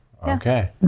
Okay